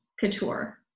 couture